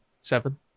Seven